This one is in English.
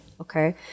Okay